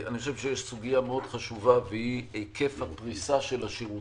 אני חושב שיש סוגיה מאוד חשובה והיא היקף הפריסה של השירותים.